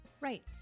Right